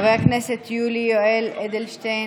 חבר הכנסת יולי יואל אדלשטיין,